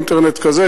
אינטרנט כזה,